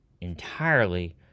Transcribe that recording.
entirely